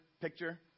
picture